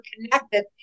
connected